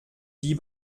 die